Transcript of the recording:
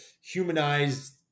humanized